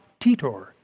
Titor